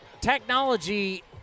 Technology